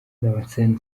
damascène